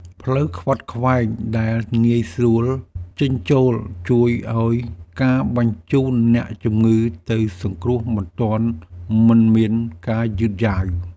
ផ្លូវខ្វាត់ខ្វែងដែលងាយស្រួលចេញចូលជួយឱ្យការបញ្ជូនអ្នកជំងឺទៅសង្គ្រោះបន្ទាន់មិនមានការយឺតយ៉ាវ។